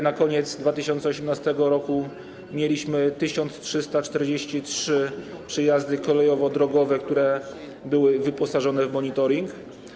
Na koniec 2018 r. mieliśmy 1343 przejazdy kolejowo-drogowe, które były wyposażone w monitoring.